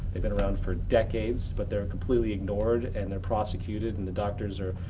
they've been around for decades but they're completely ignored and they're prosecuted and the doctors are.